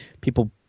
people